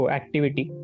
activity